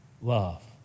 love